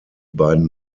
beiden